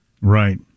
Right